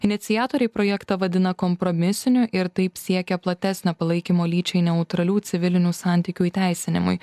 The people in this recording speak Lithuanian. iniciatoriai projektą vadina kompromisiniu ir taip siekia platesnio palaikymo lyčiai neutralių civilinių santykių įteisinimui